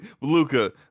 Luca